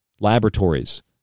laboratories